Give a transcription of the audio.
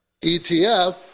ETF